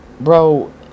bro